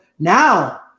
Now